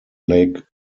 lake